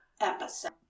episode